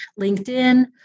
LinkedIn